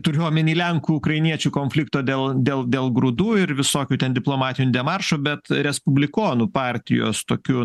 turiu omeny lenkų ukrainiečių konflikto dėl dėl dėl grūdų ir visokių ten diplomatinių demaršų bet respublikonų partijos tokiu